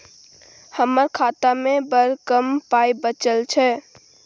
हमर खातामे बड़ कम पाइ बचल छै